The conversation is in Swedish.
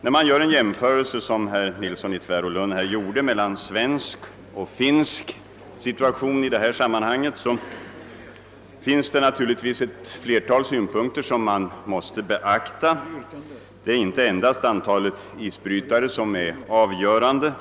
När man såsom herr Nilsson i Tvärålund gjorde jämför den svenska och den finska situationen på isbrytarområdet måste man beakta ett flertal synpunkter. Det är inte endast antalet isbrytare som är avgörande.